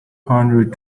hundred